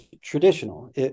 traditional